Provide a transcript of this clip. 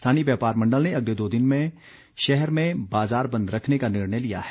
स्थानीय व्यापार मंडल ने अगले दो दिन भी शहर में बाज़ार बंद रखने का निर्णय लिया है